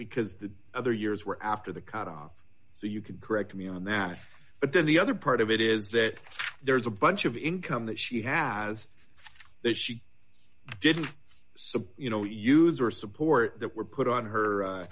because the other years were after the cutoff so you can correct me on that but then the other part of it is that there's a bunch of income that she has that she didn't so you know user support that were put on her